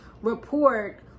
report